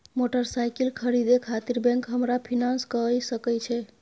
Motorcycle खरीदे खातिर bank हमरा फिनांस कय सके छै?